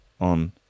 on